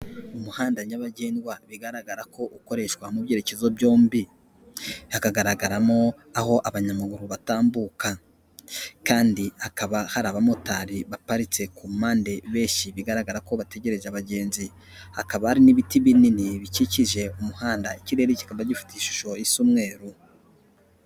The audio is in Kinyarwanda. Umuhanda nyabagendwa bigaragara ko ukoreshwa mu byerekezo byombi. Hakagaragaramo, aho abanyamaguru batambuka. Kandi hakaba hari abamotari baparitse ku mpande benshi bigaragara ko bategereje abagenzi. Hakaba hari n'ibiti binini bikikije umuhanda ikirere kikaba gifite ishusho isa umweru.